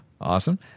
Awesome